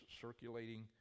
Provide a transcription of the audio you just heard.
circulating